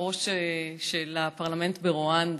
היושבת-ראש של הפרלמנט ברואנדה,